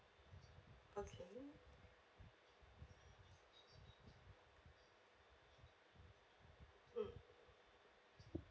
okay mm